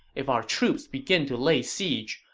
if our troops begin to lay siege,